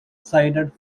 sided